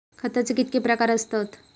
खताचे कितके प्रकार असतत?